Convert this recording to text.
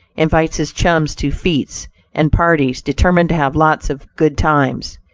invites his chums to fetes and parties, determined to have lots of good times.